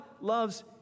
loves